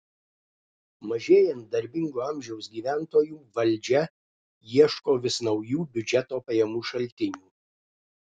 mažėjant darbingo amžiaus gyventojų valdžia ieško vis naujų biudžeto pajamų šaltinių